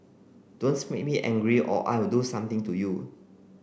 make me angry or I will do something to you